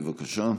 בבקשה.